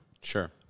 Sure